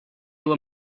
were